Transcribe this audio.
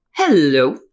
Hello